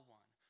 one